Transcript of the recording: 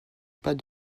pas